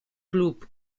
club